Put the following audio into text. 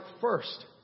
first